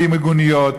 בלי מיגוניות,